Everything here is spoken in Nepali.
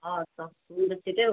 हस् हस् हुन्छ छिट्टै